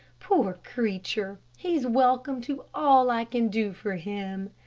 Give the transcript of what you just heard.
poor creature, he's welcome to all i can do for him.